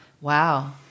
Wow